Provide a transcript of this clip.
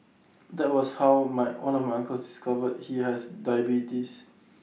that was how my one of my uncles discovered he has diabetes